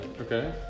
Okay